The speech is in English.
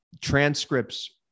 transcripts